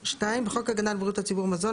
2. בחוק הגנה על בריאות הציבור (מזון),